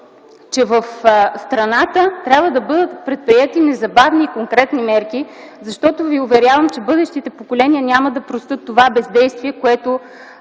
че в страната трябва да бъдат предприети незабавни и конкретни мерки, защото Ви уверявам, че бъдещите поколения няма да простят това бездействие, което